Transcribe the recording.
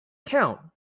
count